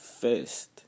first